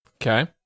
Okay